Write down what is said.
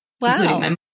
Wow